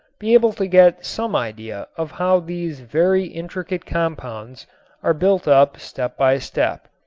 be able to get some idea of how these very intricate compounds are built up step by step.